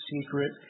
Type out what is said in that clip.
secret